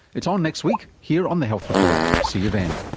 it's on next week here on the health report. see you then